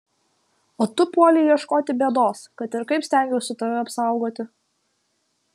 o tu puolei ieškoti bėdos kad ir kaip stengiausi tave apsaugoti